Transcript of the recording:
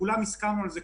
וכולנו הסכמנו על זה,